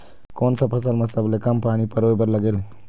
कोन सा फसल मा सबले कम पानी परोए बर लगेल?